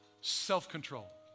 self-control